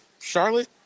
Charlotte